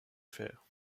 faire